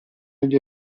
negli